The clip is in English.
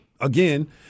again